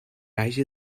haja